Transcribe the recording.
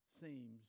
seems